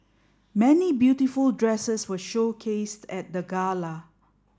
many beautiful dresses were showcased at the gala